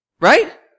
Right